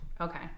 okay